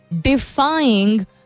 defying